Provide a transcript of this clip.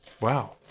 Wow